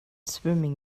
swimming